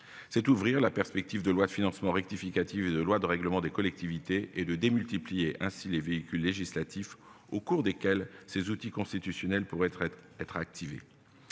c'est ouvrir la perspective de loi de financement rectificative de lois, de règlements des collectivités et de démultiplier ainsi les véhicules législatif au cours desquels ces outils constitutionnels pour être, être, être activé.